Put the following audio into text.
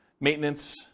maintenance